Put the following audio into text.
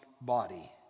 body